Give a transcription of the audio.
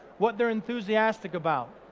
what they're enthusiastic about,